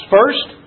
First